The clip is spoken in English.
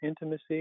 intimacy